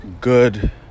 good